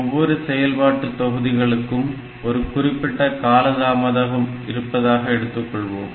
ஒவ்வொரு செயல்பாட்டு தொகுதிகளுக்கும் ஒரு குறிப்பிட்ட காலதாமதம் இருப்பதாக எடுத்துக்கொள்வோம்